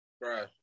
right